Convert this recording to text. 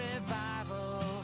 revival